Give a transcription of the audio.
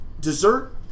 dessert